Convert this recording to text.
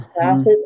classes